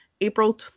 April